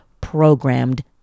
programmed